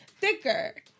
thicker